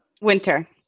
winter